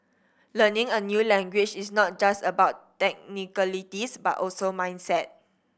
learning a new language is not just about technicalities but also mindset